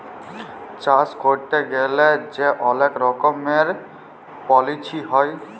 চাষ ক্যইরতে গ্যালে যে অলেক রকমের পলিছি হ্যয়